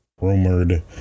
rumored